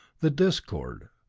the discord,